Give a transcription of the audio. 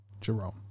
Jerome